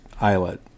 eyelet